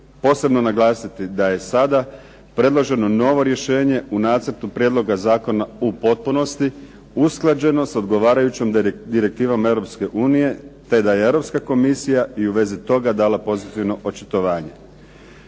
posebno naglasiti da je sada predloženo novo rješenje u Nacrtu prijedloga zakona u potpunosti usklađeno s odgovarajućom direktivom Europske unije, te da je Europska komisija i u vezi toga dala pozitivno očitovanje.